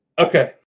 Okay